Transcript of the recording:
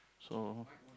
so